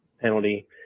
penalty